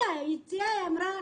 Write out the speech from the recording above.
היא אמרה,